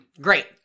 Great